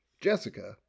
Jessica